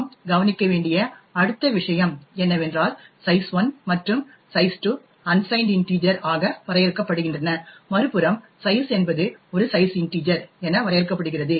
நாம் கவனிக்க வேண்டிய அடுத்த விஷயம் என்னவென்றால் சைஸ்1 மற்றும் சைஸ்2 அன்சைன்ட் இன்டிஜர் ஆக வரையறுக்கப்படுகின்றன மறுபுறம் சைஸ் என்பது ஒரு சைஸ் இன்டிஜர் என வரையறுக்கப்படுகிறது